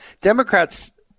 Democrats